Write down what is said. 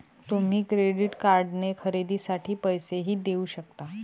तुम्ही क्रेडिट कार्डने खरेदीसाठी पैसेही देऊ शकता